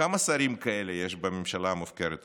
כמה שרים כאלה יש בממשלה המופקרת הזאת?